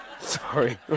Sorry